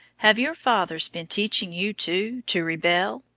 have your fathers been teaching you, too, to rebel,